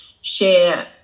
share